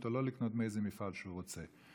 או לא לקנות מאיזה מפעל שהוא רוצה.